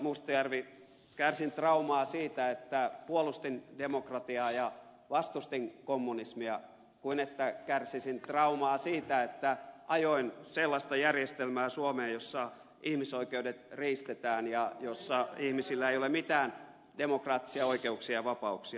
mustajärvi kärsin traumaa siitä että puolustin demokratiaa ja vastustin kommunismia kuin että kärsisin traumaa siitä että ajoin sellaista järjestelmää suomeen jossa ihmisoikeudet riistetään ja jossa ihmisillä ei ole mitään demokraattisia oikeuksia eikä vapauksia